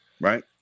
right